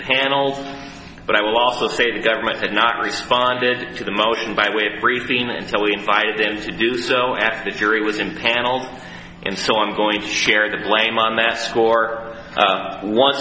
panels but i will also say the government had not responded to the motion by way of everything and so we invited them to do so after the fury was impaneled and so i'm going to share the blame on that score up on